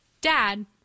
dad